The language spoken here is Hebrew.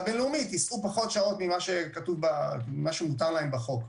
בין-לאומית ייסעו פחות שעות ממה שמותר להם בחוק.